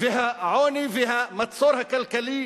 והעוני והמצור הכלכלי,